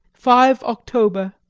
five october,